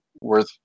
worth